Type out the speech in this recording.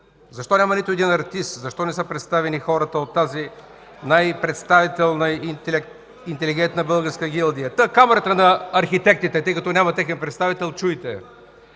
Защо няма нито един артист? Защо не са представени хората от тази най-представителна, интелигентна българска гилдия? (Реплики от ГЕРБ.) Камарата на архитектите. Тъй като няма техен представител, чуйте: